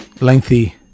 lengthy